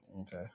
Okay